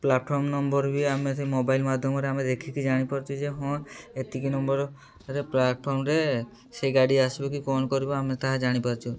platform number ବି ଆମେ ସେ ମୋବାଇଲ୍ ମାଧ୍ୟମରେ ଆମେ ଦେଖିକି ଜାଣିପାରୁଛୁ ଯେ ହଁ ଏତିକି ନମ୍ବରରେ ପ୍ଲାଟଫର୍ମରେ ସେ ଗାଡ଼ି ଆସିବ କି କ'ଣ କରିବ ଆମେ ତାହା ଜାଣିପାରୁଛୁ